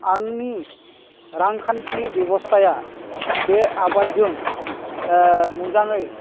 आंनि रांखान्थि बेब'स्थाया बे आबादजों मोजाङै